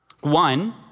One